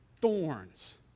thorns